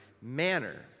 manner